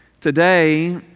today